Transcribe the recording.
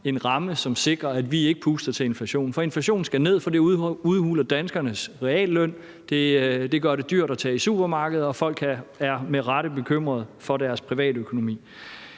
en ramme, som sikrer, at vi ikke puster til inflationen. Inflationen skal ned, for den udhuler danskernes realløn. Den gør det dyrt at tage i supermarkedet, og folk er med rette bekymrede for deres privatøkonomi.